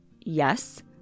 yes